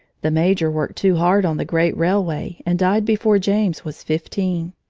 the major worked too hard on the great railway and died before james was fifteen.